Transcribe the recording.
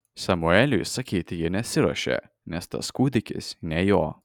samueliui sakyti ji nesiruošė nes tas kūdikis ne jo